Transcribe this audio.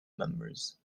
members